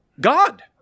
God